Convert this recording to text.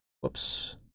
whoops